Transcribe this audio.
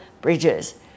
bridges